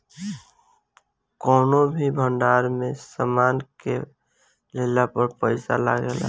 कौनो भी भंडार में सामान के लेला पर पैसा लागेला